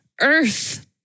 Earth